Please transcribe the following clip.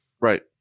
Right